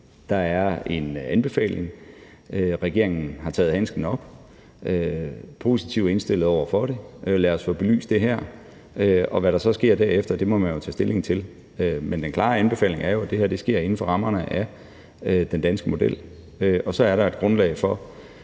Der er en anbefaling, og regeringen har taget handsken op og er positivt indstillet over for det. Lad os få belyst det her, og hvad der så sker derefter, må man jo tage stilling til. Men den klare anbefaling er jo, at det her sker inden for rammerne af den danske model, og så er der et grundlag for